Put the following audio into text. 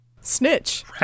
Snitch